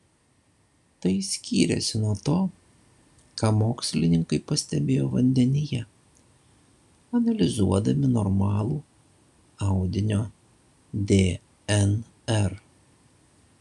tai skyrėsi nuo to ką mokslininkai pastebėjo vandenyje analizuodami normalų audinio dnr